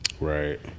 Right